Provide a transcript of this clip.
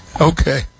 Okay